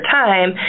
time